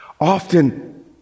Often